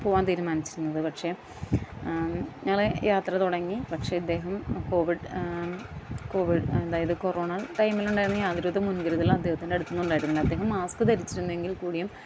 പൊവാൻ തിരുമാനിച്ചിരുന്നത് പക്ഷേ ഞങ്ങൾ യാത്ര തുടങ്ങി പക്ഷേ ഇദ്ദേഹം കോവിഡ് കോവിഡ് അതായത് കൊറോണ ടൈമിലുണ്ടായിരുന്ന യാതൊരു വിധ മുൻകരുതലും അദ്ദേഹത്തിൻ്റെ അടുത്തുനിന്ന് ഉണ്ടായിരുന്നില്ല അദ്ദേഹം മാസ്ക് ധരിച്ചിരുന്നെങ്കിൽ കൂടിയും